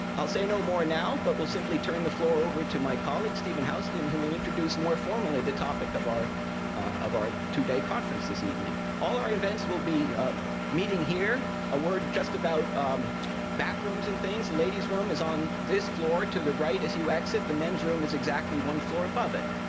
i'll say no more now, but will simply turn the floor over to my colleague stephen houston, who will introduce more formally the topic of our of our two-day conference this evening. all our events will be meeting here. a word just about bathrooms and things the ladies' room is on this floor to the right as you exit. the men's room is exactly one floor above it.